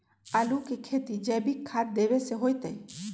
आलु के खेती जैविक खाध देवे से होतई?